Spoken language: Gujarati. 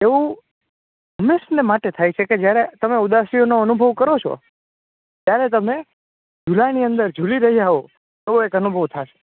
એવું હંમેશાની માટે થાય છે જ્યાંરે તમને ઉદાસીનું અનુભવ કરો છો રે તમને ઝુલાની અંદર ઝૂલી રહ્યા છે એવું અનુભવ થશે